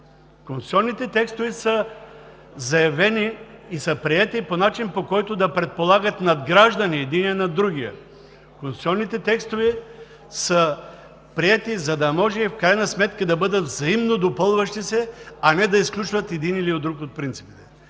Конституционните текстове са заявени и са приети по начин, по който да предполагат надграждане единия над другия. Конституционните текстове са приети, за да може в крайна сметка да бъдат взаимно допълващи се, а не да изключват един или друг от принципите.